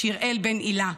שיראל בן הילה.